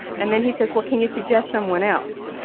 and then he says, well, can you suggest someone else?